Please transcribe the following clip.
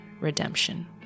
redemption